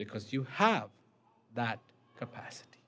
because you have that capacity